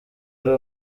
ari